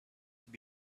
have